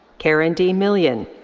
karen d. million.